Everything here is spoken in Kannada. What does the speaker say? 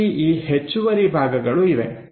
ನಮ್ಮಲ್ಲಿ ಈ ಹೆಚ್ಚುವರಿ ಭಾಗಗಳು ಇವೆ